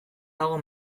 dago